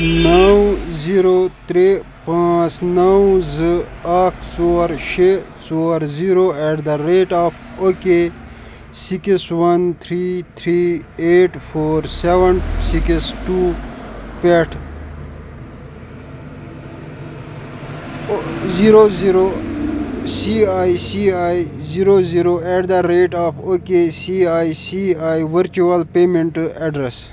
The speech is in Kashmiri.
نو زیٖرو ترےٚ پانٛژ نو زٕ اکھ ژور شےٚ ژور zero eight the rate of O K six one three three eight four seven six two پٮ۪ٹھٕ zero zero C I C I zero zero eight the rate of O K C I C I virtual payment address